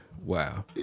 Wow